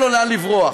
אין לו לאן לברוח.